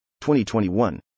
2021